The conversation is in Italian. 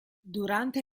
durante